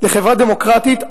לחברה דמוקרטית,